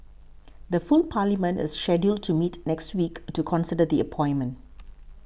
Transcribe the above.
the full parliament is scheduled to meet next week to consider the appointment